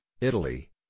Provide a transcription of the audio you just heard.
Italy